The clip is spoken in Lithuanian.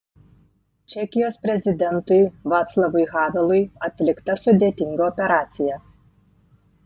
čekijos prezidentui vaclavui havelui atlikta sudėtinga operacija